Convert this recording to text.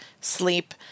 sleep